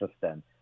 system